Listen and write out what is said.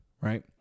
right